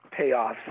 payoffs